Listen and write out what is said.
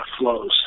flows